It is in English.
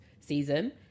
season